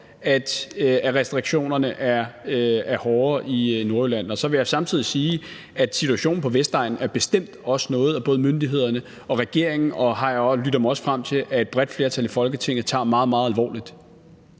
at restriktionerne er hårdere i Nordjylland. Så vil jeg for det andet sige, at situationen på Vestegnen bestemt også er noget, som både myndighederne og regeringen og, lytter jeg mig frem til, et bredt flertal i Folketinget tager meget, meget alvorligt.